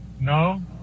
no